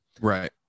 Right